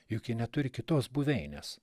juk ji neturi kitos buveinės